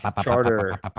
charter